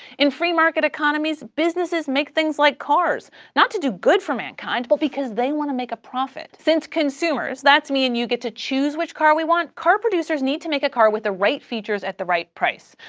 in free market economies, businesses make things like cars, not to do good for mankind but because they want to make a profit. since consumers, that's me and you, get to choose which car we want, car producers need to make a car with the right features at the right price.